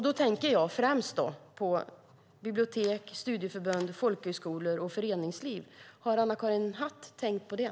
Då tänker jag främst på bibliotek, studieförbund, folkhögskolor och föreningsliv. Har Anna-Karin Hatt tänkt på det?